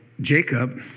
Jacob